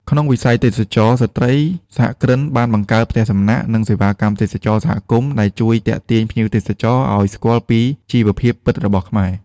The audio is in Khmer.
ក្នុងវិស័យទេសចរណ៍ ស្ត្រីសហគ្រិនបានបង្កើតផ្ទះសំណាក់ និងសេវាកម្មទេសចរណ៍សហគមន៍ ដែលជួយទាក់ទាញភ្ញៀវទេសចរឱ្យស្គាល់ពីជីវភាពពិតរបស់ខ្មែរ។